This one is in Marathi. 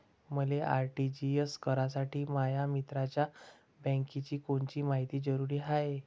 मले आर.टी.जी.एस करासाठी माया मित्राच्या बँकेची कोनची मायती जरुरी हाय?